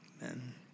Amen